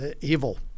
evil